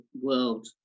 world